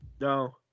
No